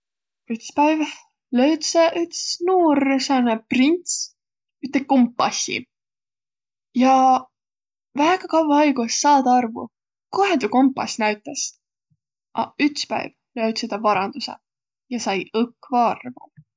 Üts päiv löüdse üts nuur sääne prints üte kompassi ja väega kavva aigu es saaq tä arvo, kohe tuu kompass näütäs. A üts päiv löüdse tä varandusõ ja sai õkva arvo.